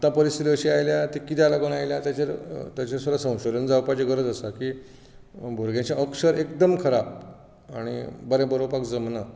आतां परिस्थिती अशी आयल्या ती कित्याक लागून आयल्या ताचेर सुद्दां संशोधन जावपाची गरज आसा की भुरग्यांचे अक्षर एकदम खराब आनी बरें बरोवपाक जमना